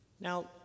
Now